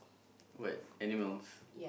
what animals